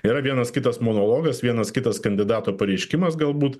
yra vienas kitas monologas vienas kitas kandidato pareiškimas galbūt